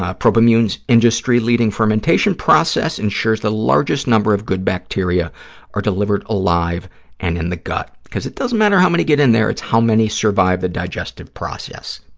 ah probimune's industry-leading fermentation process ensures the largest number of good bacteria are delivered alive and in the gut, because it doesn't matter how many get in there. it's how many survive the digestive process,